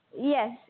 Yes